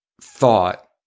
thought